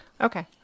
Okay